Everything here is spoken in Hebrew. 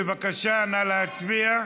בבקשה, נא להצביע.